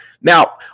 now